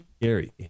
scary